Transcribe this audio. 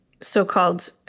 so-called